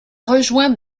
rejoint